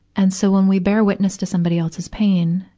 and so, when we bear witness to somebody else's pain,